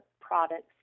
products